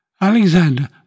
Alexander